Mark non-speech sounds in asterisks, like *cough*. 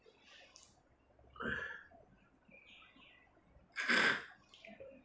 *breath*